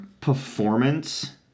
performance